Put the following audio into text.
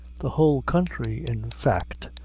the whole country, in fact,